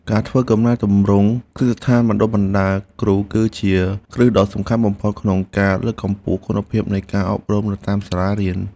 ការធ្វើកំណែទម្រង់គ្រឹះស្ថានបណ្តុះបណ្តាលគ្រូគឺជាគ្រឹះដ៏សំខាន់បំផុតក្នុងការលើកកម្ពស់គុណភាពនៃការអប់រំនៅតាមសាលារៀន។